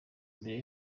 imbere